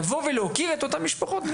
לבוא ולהוקיר את אותן משפחות.